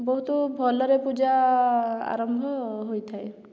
ବହୁତ ଭଲରେ ପୂଜା ଆରମ୍ଭ ହୋଇଥାଏ